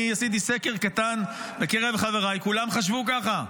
עשיתי סקר קטן בקרב חבריי, כולם חשבו ככה.